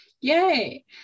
yay